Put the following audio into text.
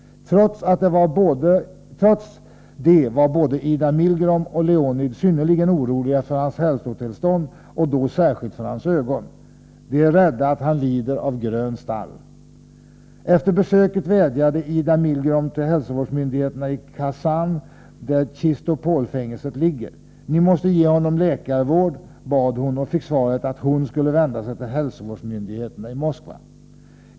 Trots det var både Ida Milgrom och Leonid synnerligen oroliga för hans hälsotillstånd och då särskilt hans ögon. De är rädda för att han lider av grön starr. Efter besöket vädjade Ida Milgrom till hälsovårdsmyndigheterna i Kazan där Chistopol-fängelset ligger. — Ni måste ge honom läkarvård, bad hon och fick svaret att hon skulle vända sig till hälsovårdsmyndigheterna i Moskva.